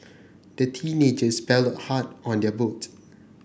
the teenagers paddled hard on their boat